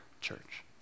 church